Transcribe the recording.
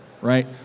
right